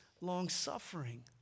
long-suffering